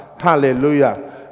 Hallelujah